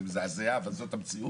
זה מזעזע אבל זאת המציאות.